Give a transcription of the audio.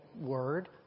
word